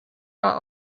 are